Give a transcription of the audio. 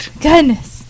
goodness